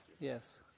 Yes